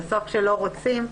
בסוף כשלא רוצים,